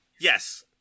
Yes